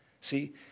See